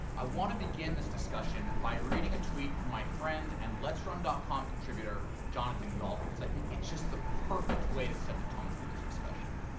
i want to begin this discussion by reading a tweet from my friend and let'srun com contributor, jonathan gault, because i think it's just the perfect way to set the tone for this discussion.